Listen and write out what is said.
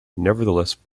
nevertheless